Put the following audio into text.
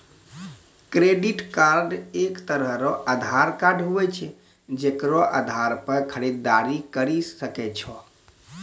credit card एक तरह रो उधार कार्ड हुवै छै जेकरो आधार पर खरीददारी करि सकै छो